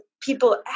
people